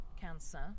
Cancer